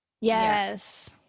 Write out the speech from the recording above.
Yes